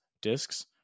Discs